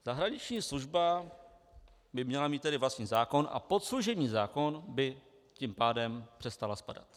Zahraniční služba by měla mít tedy vlastní zákon, a pod služební zákon by tím pádem přestala spadat.